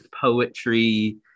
poetry